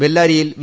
ബെല്ലാരിയിൽ V